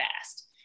fast